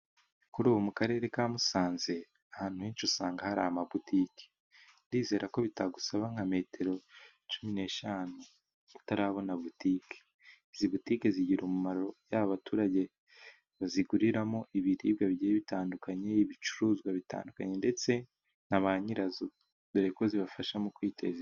Kuri ubu mu karere ka Musanze ,ahantu henshi usanga hari amabutike . Ndizera ko bitagusaba nka metero cumi n'eshanu utarabona butike. Izi butike zigirira umumaro yaba abaturage baziguriramo ibiribwa bigiye bitandukanye, ibicuruzwa bitandukanye ndetse na ba nyirazo, dore ko zibafasha mu kwiteza imbere.